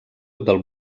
del